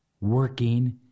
working